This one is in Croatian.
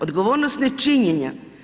Odgovornost nečinjenja.